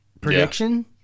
prediction